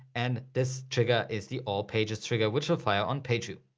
and this trigger is the all pages trigger, which will fire on pageview.